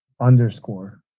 underscore